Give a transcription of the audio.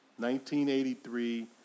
1983